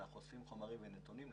ואוספים חומרים ונתונים,